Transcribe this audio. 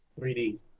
3D